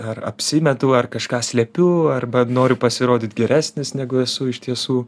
ar apsimetu ar kažką slepiu arba noriu pasirodyt geresnis negu esu iš tiesų